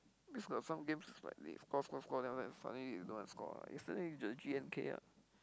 got some games like they score score score then after that suddenly don't have score ah yesterday the G_N_K ah